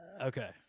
Okay